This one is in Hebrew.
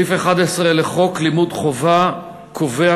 סעיף 11 לחוק לימוד חובה קובע,